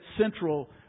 Central